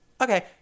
okay